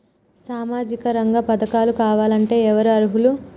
సామాజిక రంగ పథకాలు కావాలంటే ఎవరు అర్హులు?